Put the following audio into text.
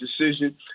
decision